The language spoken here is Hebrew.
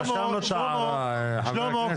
רשמנו את ההערה, חבר הכנסת קרעי.